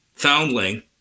Foundling